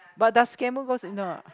but does Gem-Boon goes indoor or not